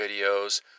videos